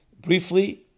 Briefly